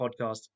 podcast